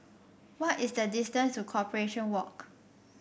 what is the distance to Corporation Walk